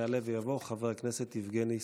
יעלה ויבוא חבר הכנסת יבגני סובה,